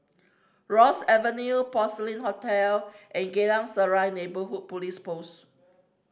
Ross Avenue Porcelain Hotel and Geylang Serai Neighbourhood Police Post